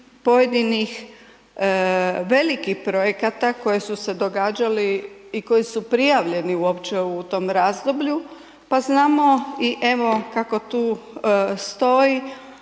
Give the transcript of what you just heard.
pojedinih velikih projekata koji su se događali i koji su prijavljeni uopće u tom razdoblju, pa znamo i evo kako tu stoji